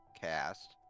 cast